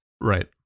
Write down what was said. Right